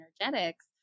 energetics